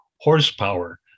horsepower